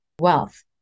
wealth